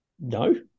No